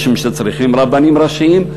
משום שצריכים רבנים ראשיים,